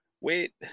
wait